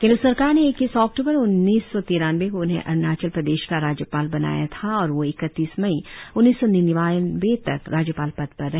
केंद्र सरकार ने इक्कीस अक्टूबर उन्नीस सौ तिरानबे को उन्हें अरुणाचल प्रदेश का राज्यपाल बनाया था और वह इकतीस मई उन्नीस सौ निन्यानबे तक राज्यपाल पद पर रहे